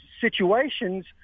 situations